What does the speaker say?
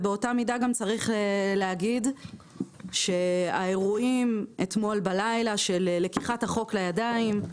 באותה מידה גם צריך להגיד שהאירועים אתמול בלילה של לקיחת החוק לידיים,